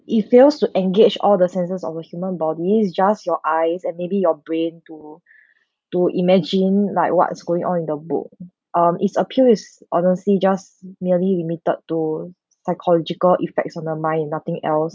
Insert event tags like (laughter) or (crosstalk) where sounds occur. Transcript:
it fails to engage all the senses of a human body just your eyes and maybe your brain to (breath) to imagine like what's going on in the book um its appeal is honestly just merely limited to psychological effects on the mind and nothing else